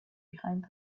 behind